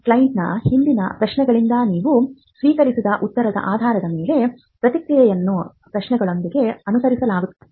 ಕ್ಲೈಂಟ್ನ ಹಿಂದಿನ ಪ್ರಶ್ನೆಗಳಿಂದ ನೀವು ಸ್ವೀಕರಿಸಿದ ಉತ್ತರದ ಆಧಾರದ ಮೇಲೆ ಪ್ರಕ್ರಿಯೆಯನ್ನು ಪ್ರಶ್ನೆಗಳೊಂದಿಗೆ ಅನುಸರಿಸಲಾಗುತ್ತದೆ